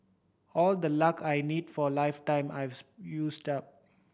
all the luck I need for a lifetime I've used up